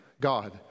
God